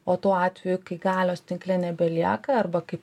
o tuo atveju kai galios tinkle nebelieka arba kaip